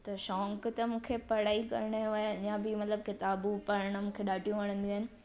त शौंक़ु ते मूंखे पढ़ाई करण जो ऐं अञा बि मतिलबु किताबूं पढ़ण मूंखे ॾाढियूं वणंदियूं आहिनि